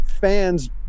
fans